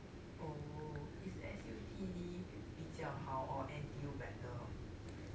oh is S_U_T_D 比较好 or N_T_U better